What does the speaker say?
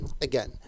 again